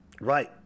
Right